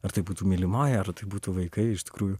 ar tai būtų mylimoji ar tai būtų vaikai iš tikrųjų